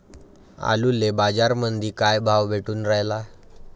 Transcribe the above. आलूले बाजारामंदी काय भाव भेटून रायला?